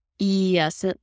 Yes